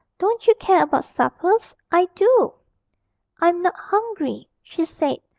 don't you care about suppers? i do i'm not hungry she said,